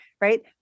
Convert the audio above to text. right